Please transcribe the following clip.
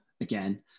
Again